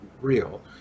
real